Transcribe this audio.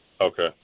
Okay